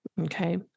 Okay